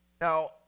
Now